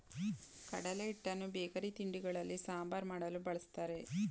ಕಡಲೆ ಹಿಟ್ಟನ್ನು ಬೇಕರಿ ತಿಂಡಿಗಳಲ್ಲಿ, ಸಾಂಬಾರ್ ಮಾಡಲು, ಬಳ್ಸತ್ತರೆ